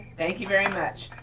thank you very much.